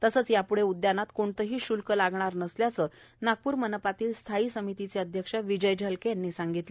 तसेच याप्ढे उधानात कोणतेही शुल्क लागणार नसल्याचे नागपूर मनपातील स्थायी समितीचे अध्यक्ष विजय झलके यांनी सांगितले आहे